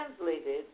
translated